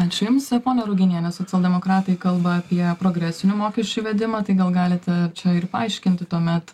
ačiū jums ponia ruginiene socialdemokratai kalba apie progresinių mokesčių įvedimą tai gal galite čia ir paaiškinti tuomet